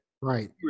Right